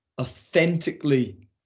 authentically